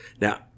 Now